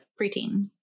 Preteen